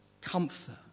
Comfort